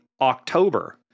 October